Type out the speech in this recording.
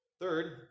Third